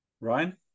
Ryan